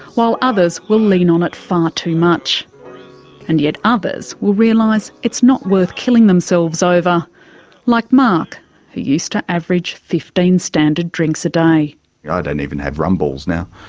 while others will lean on it far too much and yet others will realise it's not worth killing themselves over like mark, who used to average fifteen standard drinks a day. i don't even have rum balls now.